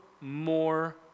more